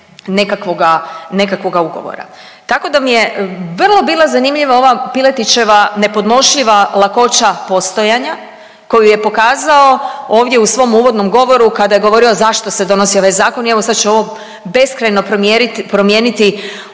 nekakvoga ugovora. Tako da mi je vrlo bila zanimljiva ova Piletićeva nepodnošljiva lakoća postojanja koju je pokazao ovdje u svom uvodnom govoru kada je govorio zašto se donosi ovaj zakon. I evo sad će ovo beskrajno promijeniti